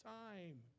time